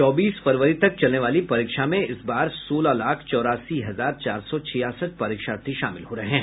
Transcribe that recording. चौबीस फरवरी तक चलने वाली परीक्षा में इस बार सोलह लाख चौरासी हजार चार सौ छियासठ परीक्षार्थी शामिल हो रहे हैं